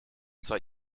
zwar